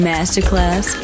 Masterclass